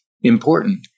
important